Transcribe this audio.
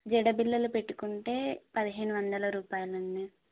జడ బిళ్ళలు పెట్టుకుంటే పదిహేను వందల రూపాయలు అండి